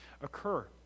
occur